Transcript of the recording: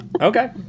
Okay